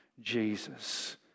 Jesus